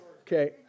Okay